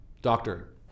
Doctor